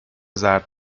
زرد